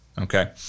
Okay